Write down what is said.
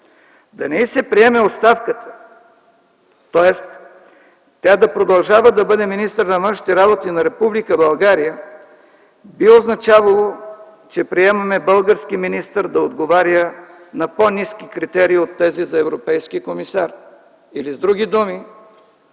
Да не й се приеме оставката, тоест тя да продължава да бъде министър на външните работи на Република България, би означавало, че приемаме български министър да отговаря на по-ниски критерии от тези за европейски комисар, с други думи,